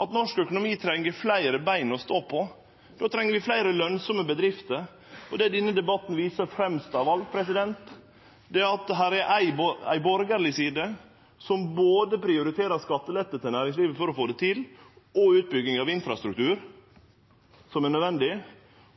at norsk økonomi treng fleire bein å stå på. Då treng vi fleire lønsame bedrifter, og det denne debatten viser fremst av alt, er at her er ei borgarleg side som for å få det til både prioriterer skattelette til næringslivet og utbygging av infrastruktur – som er nødvendig.